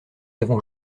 avons